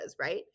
right